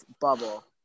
bubble